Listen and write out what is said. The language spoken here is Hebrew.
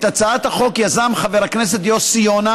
את הצעת החוק יזם חבר הכנסת יוסי יונה